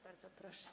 Bardzo proszę.